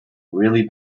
really